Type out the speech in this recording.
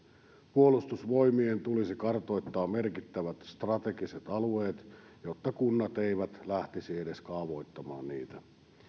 puolustusvoimien tulisi kartoittaa merkittävät strategiset alueet jotta kunnat eivät lähtisi edes kaavoittamaan niitä